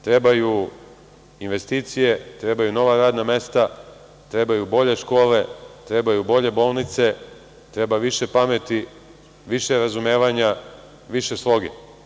Trebaju investicije, trebaju nova radna mesta, trebaju bolje škole, trebaju bolje bolnice, treba više pameti, više razumevanja, više sloge.